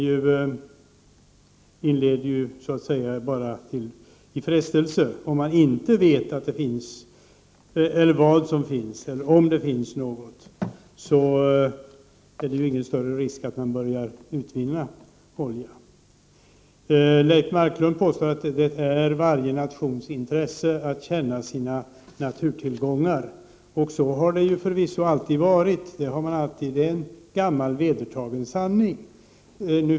Det inleder bara till frestelse. Om man inte vet om att det finns olja är det ingen större risk att man börjar utvinna den. Vidare påstår Leif Marklund att det ligger i varje nations intresse att känna till sina naturtillgångar. Så har det förvisso alltid varit. Det är en gammal vedertagen sanning.